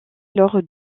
lors